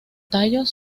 tallos